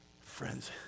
Friends